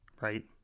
right